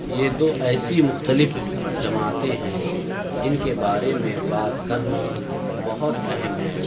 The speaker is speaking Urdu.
یہ دو ایسی مختلف جماعتیں ہیں جن کے بارے میں بات کرنا بہت اہم ہے